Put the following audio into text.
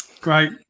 great